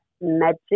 magic